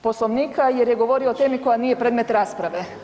Poslovnika jer je govorio o temi koja nije predmet rasprave.